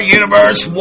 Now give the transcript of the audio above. universe